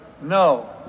No